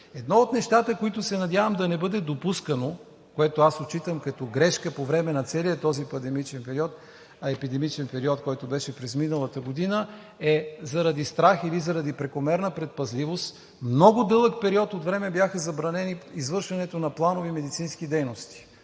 Едно от нещата, които се надявам да не бъде допускано, което аз отчитам като грешка по време на целия този пандемичен период, е, че в епидемичният период, който беше през миналата година, заради страх или заради прекомерна предпазливост, за много дълъг период от време беше забранено извършването на планови медицински дейности.